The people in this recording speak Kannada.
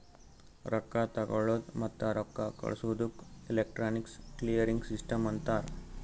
ರೊಕ್ಕಾ ತಗೊಳದ್ ಮತ್ತ ರೊಕ್ಕಾ ಕಳ್ಸದುಕ್ ಎಲೆಕ್ಟ್ರಾನಿಕ್ ಕ್ಲಿಯರಿಂಗ್ ಸಿಸ್ಟಮ್ ಅಂತಾರ್